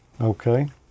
okay